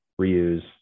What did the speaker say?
reuse